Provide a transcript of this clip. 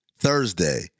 Thursday